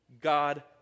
God